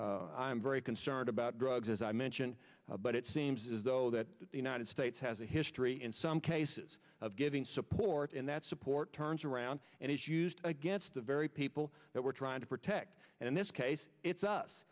i'm very concerned about drugs as i mentioned but it seems as though that the united states has a history in some cases of giving support and that support turns around and is used against the very people that we're trying to protect and in this case it's us